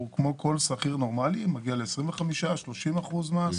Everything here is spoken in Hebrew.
הוא כמו כל שכיר נורמלי מגיע ל-25% 30% מס.